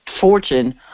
fortune